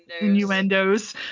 innuendos